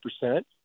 percent